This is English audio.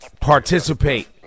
participate